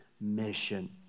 mission